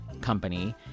company